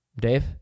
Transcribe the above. Dave